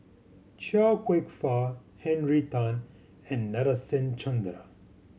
Chia Kwek Fah Henry Tan and Nadasen Chandra